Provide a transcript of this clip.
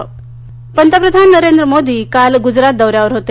मोदी पंतप्रधान नरेंद्र मोदी काल ग्जरात दौऱ्यावर होते